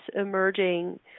emerging